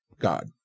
God